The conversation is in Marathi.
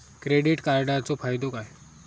क्रेडिट कार्डाचो फायदो काय?